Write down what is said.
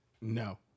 No